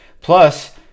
Plus